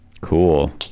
cool